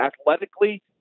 athletically